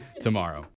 tomorrow